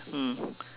mm